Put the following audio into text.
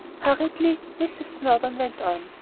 hurriedly mrs. snowdon went on,